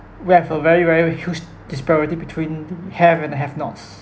we have a very very huge disparity between have and have nots